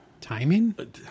Timing